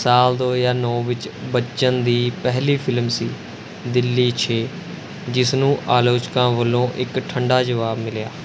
ਸਾਲ ਦੋ ਹਜ਼ਾਰ ਨੌ ਵਿੱਚ ਬੱਚਨ ਦੀ ਪਹਿਲੀ ਫਿਲਮ ਸੀ ਦਿੱਲੀ ਛੇ ਜਿਸ ਨੂੰ ਆਲੋਚਕਾਂ ਵੱਲੋਂ ਇੱਕ ਠੰਡਾ ਜਵਾਬ ਮਿਲਿਆ